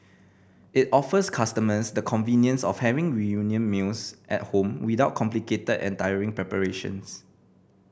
it offers customers the convenience of having reunion meals at home without complicated and tiring preparations